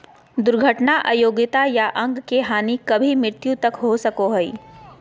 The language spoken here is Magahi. दुर्घटना अयोग्यता या अंग के हानि कभी मृत्यु तक हो सको हइ